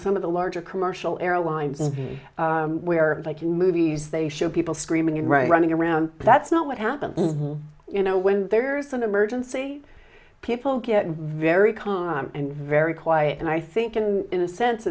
some of the larger commercial airlines where like in movies they show people screaming you know running around that's not what happens you know when there's an emergency people get very calm and very quiet and i think in a sense